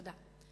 תודה.